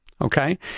Okay